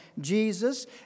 Jesus